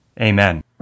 Amen